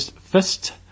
fist